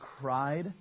cried